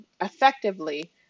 effectively